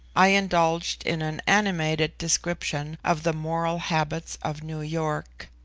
i indulged in an animated description of the moral habits of new york.